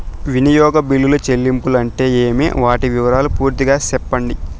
వినియోగ బిల్లుల చెల్లింపులు అంటే ఏమి? వాటి వివరాలు పూర్తిగా సెప్పండి?